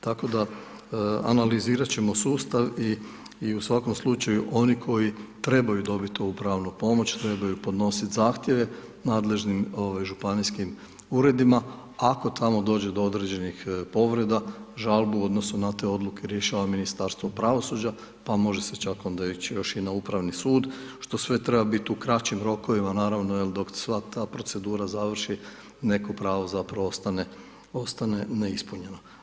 Tako da, analizirat ćemo sustav i u svakom slučaju oni koji trebaju dobiti ovu pravnu pomoć, trebaju podnositi zahtjeve nadležnim županijskim uredima, ako tamo dođe do određenih povreda, žalbu u odnosu na te odluke rješava Ministarstvo pravosuđa, pa može se čak onda ići još i na Upravni sud, što sve treba biti u kraćim rokovima naravno jer dok sva ta procedura završi, neko pravo zapravo ostane neispunjeno.